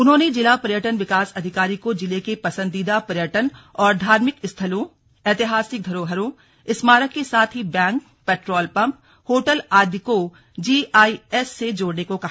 उन्होंने जिला पर्यटन विकास अधिकारी को जिले के पसंदीदा पर्यटन और धार्मिक स्थलों ऐतिहासिक धरोहरों स्मारक के साथ ही बैंक पेट्रोल पम्प होटल आदि को जीआईएस से जोड़ने को कहा